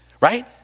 right